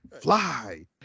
fly